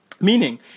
Meaning